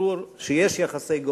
ברור שיש יחסי גומלין,